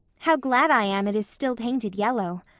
how glad i am it is still painted yellow.